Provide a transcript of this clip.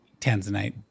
Tanzanite